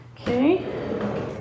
Okay